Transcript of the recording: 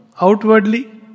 outwardly